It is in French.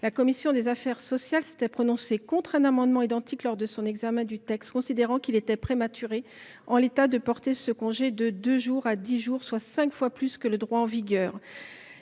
La commission des affaires sociales s’est prononcée contre un amendement identique au cours de son examen du texte, considérant qu’il était prématuré, en l’état, de porter ce congé de deux jours à dix jours, soit cinq fois plus que le droit en vigueur.